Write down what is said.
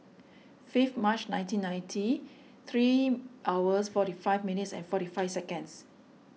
fifth March nineteen ninety three hours forty five minutes and forty five seconds